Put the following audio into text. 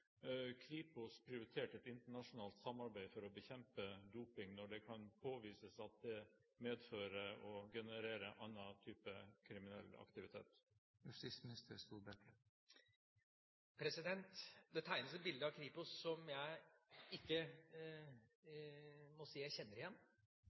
Kripos prioritert et internasjonalt samarbeid for å bekjempe doping når det kan påvises at det medfører og genererer annen type kriminell aktivitet? Det tegnes et bilde av Kripos som jeg må si jeg ikke